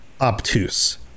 obtuse